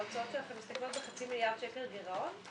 ההוצאות שלכם מסתכמות בחצי מיליארד שקל גרעון,